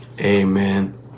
Amen